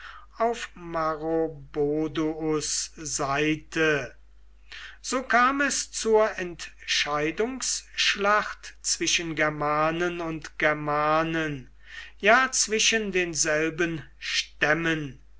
auf maroboduus seite so kam es zur entscheidungsschlacht zwischen germanen und germanen ja zwischen denselben stämmen